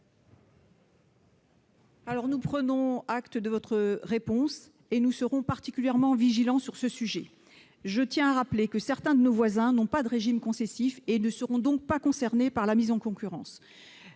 Nous prenons acte de votre réponse et serons particulièrement vigilants sur ce sujet, madame la secrétaire d'État. Je tiens à rappeler que certains de nos voisins n'ont pas de régime concessif et ne seront donc pas concernés par la mise en concurrence.